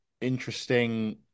interesting